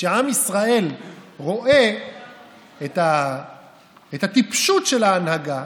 כשעם ישראל רואה את הטיפשות של ההנהגה,